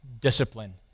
discipline